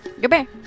Goodbye